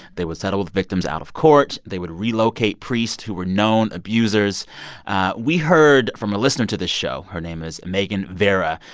they would settle with victims out of court. they would relocate priests who were known abusers we heard from a listener to this show. her name is megan vera.